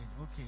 Okay